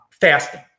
fasting